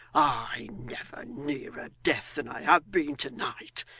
i never nearer death than i have been to-night!